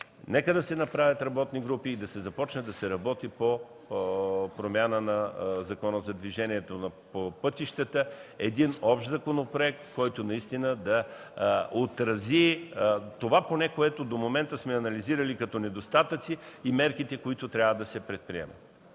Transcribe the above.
нека да се направят работни групи и да се започне да се работи по промяна на Закона за движение по пътищата, един общ законопроект, който наистина да отрази това поне, което до момента сме анализирали като недостатъци и мерките, които трябва да се предприемат.